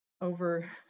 over